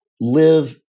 live